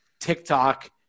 TikTok